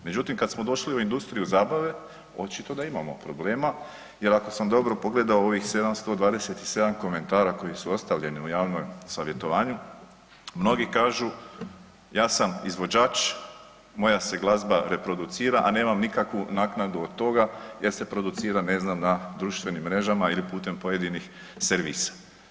Međutim, kad smo došli u industriju zabave očito da imamo problema jer ako sam dobro pogledao ovih 727 komentara koji su ostavljeni u javnom savjetovanju mnogi kažu ja sam izvođač, moja se glazba reproducira, a nemam nikakvu naknadu od toga jer se producira, ne znam, na društvenim mrežama ili putem pojedinih servisa.